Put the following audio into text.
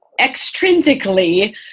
extrinsically